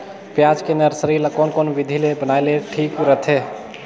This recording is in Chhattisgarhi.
पियाज के नर्सरी ला कोन कोन विधि ले बनाय ले ठीक रथे?